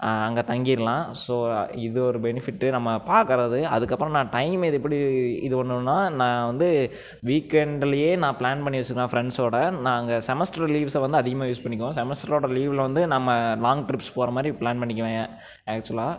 அங்கே தங்கிடலாம் ஸோ இது ஒரு பெனிஃபிட்டு நம்ம பாக்கிறது அதுக்கப்புறம் நான் டைம் இது படி இது ஒன்னொன்னா நான் வந்து வீக்கெண்டுலேயே நான் ப்ளான் பண்ணி வச்சிடுவேன் ஃப்ரெண்ட்ஸோட நாங்கள் செமஸ்டர் லீவ்ஸை வந்து அதிகமாக யூஸ் பண்ணிக்குவோம் செமஸ்டரோட லீவில் வந்து நம்ம லாங் ட்ரிப்ஸ் போகிற மாதிரி ப்ளான் பண்ணிக்குவேன் ஆக்சுவலாக